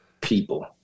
people